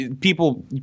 People